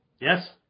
Yes